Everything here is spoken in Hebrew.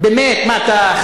אוה, באמת.